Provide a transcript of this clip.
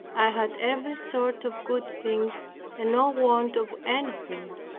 i had every sort of good thing and no want of anything.